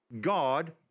God